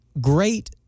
great